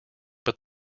but